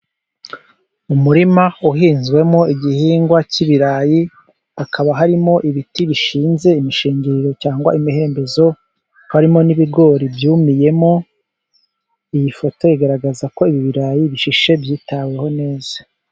Umurima uhinzwemo igihingwa cy'ibirayi, hakaba harimo ibiti bishinze imishingiriro cyangwa imihembezo, harimo n'ibigori byumiyemo. Iyi foto igaragaza ko ibirayi bishishe byitaweho neza.